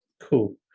cool